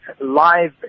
live